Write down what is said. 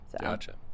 Gotcha